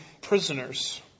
prisoners